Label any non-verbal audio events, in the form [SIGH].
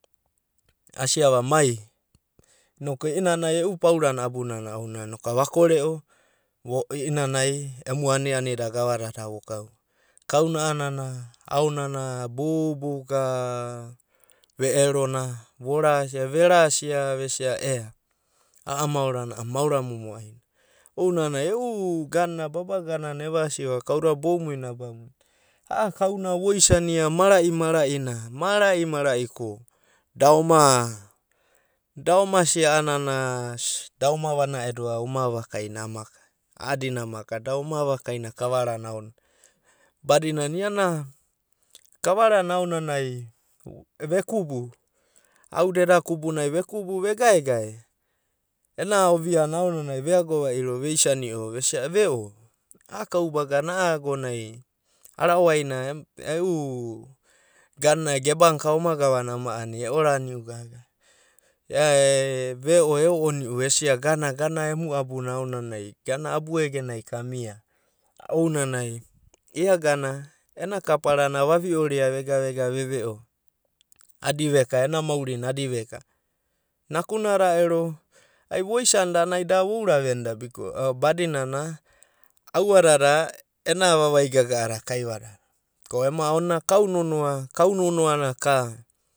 Asiava mai inoku i'inanai e'u paurana abunana ounanai inokai vakore'o vo i'inanai emu aniani da gavadada vokau. Kauna a'anana aonana boubouka ve'erona vorasa verasia vesia ea a'a maorana maora momo'aina ounanai e'u [HESITATION] babaga nana evasiava kauda boumuinai aba muinai. A'a kauna voisania mara'i mara'i na mara'i mara'i ko da oma sia a'ana si da oma vana'edou oma avakaina a'adina Amaka. Da oma ava kaina kavarana aonanai badina iana kavarana aonanai vekubu, auda eda kubunai vekubu ve gaegae, ena ovia na aonanai ve ago va'iro veisani'o vesia e ve'o' a'a kaubagana a'a agonai arawaina e'u [HESITATION] gebana ka oma gavana ama ania, e'oraniu gagava. [HESITATION] Ve'o eo'oni'u esia gana, gana emu abuna aonanai abu egenai kamiava ounanai iagana ena kaparana vavi'oria vega veve'o a'adi vakana ena maurina adi veka. Nakudana ero ai voisanda a'anai da voura venda biko badinana auadada ena vavai gaga'ada kaivadadai. Ko ema ona kau nonoana, kau nonoana, kau nonoa na ka